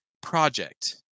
project